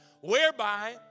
whereby